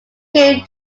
came